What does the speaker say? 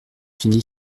fini